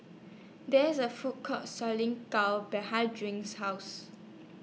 There IS A Food Court Selling Gao behind Drink's House